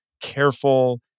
careful